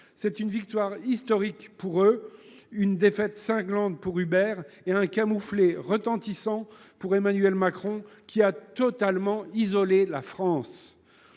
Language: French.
C’est une victoire historique pour eux, une défaite cinglante pour Uber et un camouflet retentissant pour Emmanuel Macron, qui a totalement isolé la France.